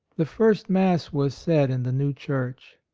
the first mass was said in the new church.